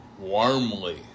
warmly